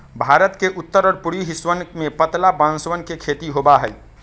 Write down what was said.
भारत के उत्तर और पूर्वी हिस्सवन में पतला बांसवन के खेती होबा हई